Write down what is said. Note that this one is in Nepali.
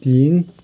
तिन